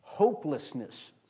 Hopelessness